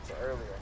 earlier